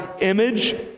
image